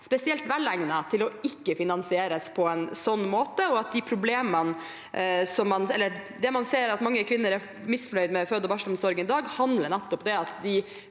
spesielt velegnet til å bli finansiert på en slik måte. Man ser at mange kvinner er misfornøyd med føde- og barselomsorgen i dag, og det handler nettopp om at de